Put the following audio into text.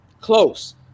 close